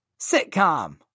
sitcom